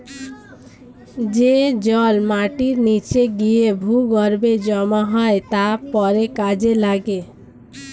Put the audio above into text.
যে জল মাটির নিচে গিয়ে ভূগর্ভে জমা হয় তা পরে কাজে লাগে